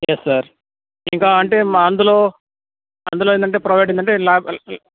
లేదు సార్ ఇంకా అంటే మా అందులో అందులో ఏంటంటే ప్రొవైడ్ ఏంటంటే ల్యాబ్